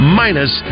minus